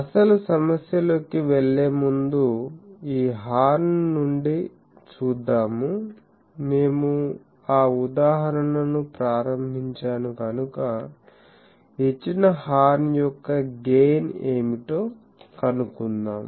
అసలు సమస్యలోకి వెళ్ళే ముందు ఈ హార్న్ నుండి చూద్దాము మేము ఆ ఉదాహరణను ప్రారంభించాను కనుక ఇచ్చిన హార్న్ యొక్క గెయిన్ ఏమిటో కనుగొందాం